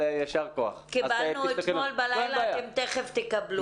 תכף תקבלו.